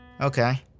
Okay